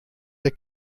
der